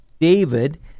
David